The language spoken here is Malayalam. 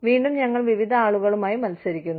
വീണ്ടും ഞങ്ങൾ വിവിധ ആളുകളുമായി മത്സരിക്കുന്നു